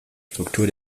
struktur